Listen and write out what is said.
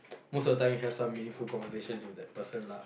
most of the time you have some meaningful conversations with that person lah